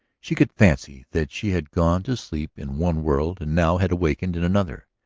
she could fancy that she had gone to sleep in one world and now had awakened in another,